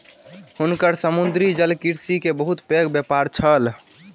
हुनकर समुद्री जलकृषि के बहुत पैघ व्यापार छल